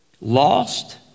lost